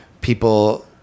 people